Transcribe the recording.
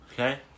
Okay